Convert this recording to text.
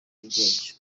bwacyo